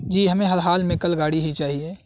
جی ہمیں ہر حال میں کل گاڑی ہی چاہیے